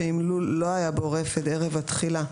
שאם לול לא היה בו רפד ערב התחילה,